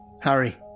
Harry